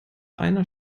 einer